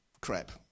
crap